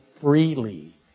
freely